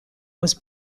was